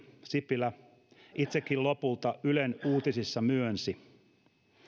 sipilä itsekin lopulta ylen uutisissa myönsi